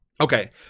Okay